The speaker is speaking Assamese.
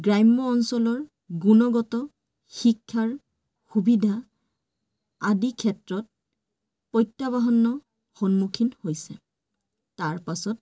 গ্ৰাম্য অঞ্চলৰ গুণগত শিক্ষাৰ সুবিধা আদিৰ ক্ষেত্ৰত প্ৰত্যাহ্বানৰ সন্মুখীন হৈছে তাৰপাছত